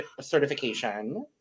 certification